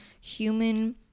human